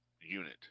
unit